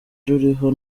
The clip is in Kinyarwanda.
ruriho